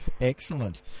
excellent